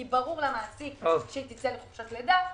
כי ברור למעסיק שהיא תצא לחופשת לידה,